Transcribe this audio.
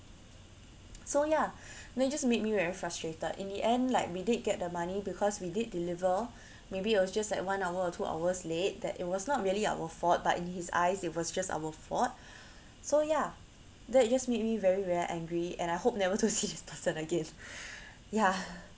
so ya that you just made me very frustrated in the end like we did get the money because we did deliver maybe it was just like one hour or two hours late that it was not really our fault but in his eyes it was just our fault so ya that just made me very very angry and I hope never to see this person again ya